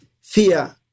fear